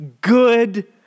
good